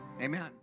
amen